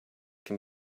can